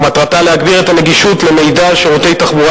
ומטרתה להגביר את הנגישות של מידע על שירותי תחבורה